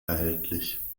erhältlich